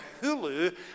Hulu